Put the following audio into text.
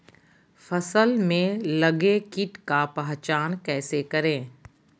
फ़सल में लगे किट का पहचान कैसे करे?